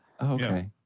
Okay